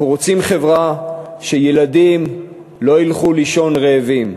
אנחנו רוצים חברה שבה ילדים לא ילכו לישון רעבים.